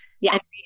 Yes